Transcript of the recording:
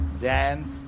dance